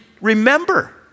remember